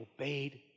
obeyed